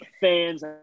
fans